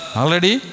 already